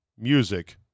music